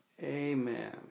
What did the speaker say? Amen